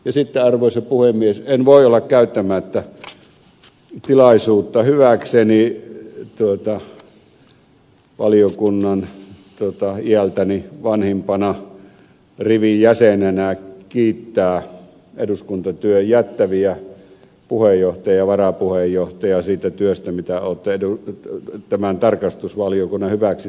sitten arvoisa puhemies en voi olla käyttämättä tilaisuutta hyväkseni valiokunnan iältäni vanhimpana rivijäsenenä kiittää eduskuntatyön jättäviä puheenjohtajaa ja varapuheenjohtajaa siitä työstä mitä olette tämän tarkastusvaliokunnan hyväksi tehneet